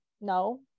No